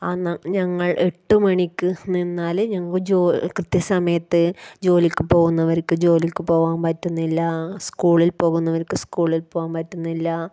അന്ന് ഞങ്ങൾ എട്ട് മണിക്ക് നിന്നാല് ഞങ്ങൾ ജോ കൃത്യ സമയത്ത് ജോലിക്ക് പോകുന്നവർക്ക് ജോലിക്ക് പോകാൻ പറ്റുന്നില്ല സ്കൂളിൽ പോകുന്നവർക്ക് സ്കൂളിൽ പോകാൻ പറ്റുന്നില്ല